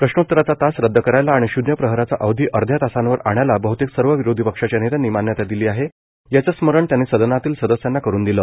प्रश्नोत्तराचा तास रदद करायला आणि शून्य प्रहराचा अवधी अध्या तासावर आणायला बहतेक सर्व विरोधी पक्षांच्या नेत्यांनी मान्यता दिली आहे याचं स्मरण त्यांनी सदनातील सदस्यांना करून दिलं